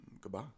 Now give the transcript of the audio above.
Goodbye